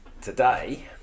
today